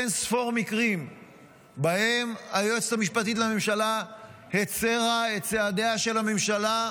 אין-ספור מקרים בהם היועצת המשפטית לממשלה הצרה את צעדיה של הממשלה,